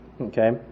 okay